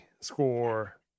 score